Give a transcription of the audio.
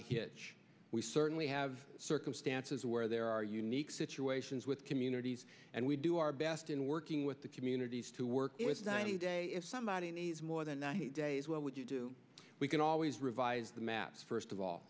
hitch we certainly have circumstances where there are unique situations with communities and we do our best in working with the communities to work with ninety day if somebody needs more than ninety days what would you do we can always revise the map first of all